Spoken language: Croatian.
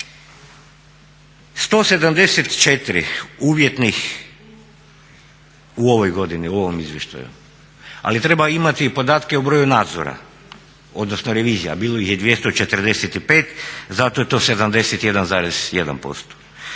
174 uvjetnih u ovoj godini, u ovoj izvještaju ali treba imati i podatke o broju nadzora, odnosno revizija a bilo ih je 245 zato je to 71,1%.